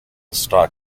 stock